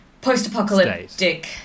post-apocalyptic